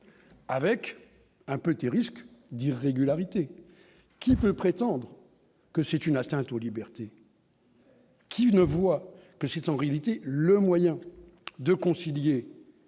avec un petit risque d'irrégularités qui peut prétendre que c'est une atteinte aux libertés. Qui ne voit que c'est en réalité le moyen de concilier